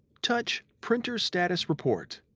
touch printer status report.